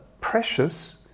precious